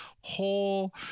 whole